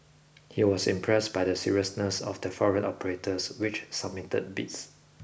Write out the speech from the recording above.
he was impressed by the seriousness of the foreign operators which submitted bids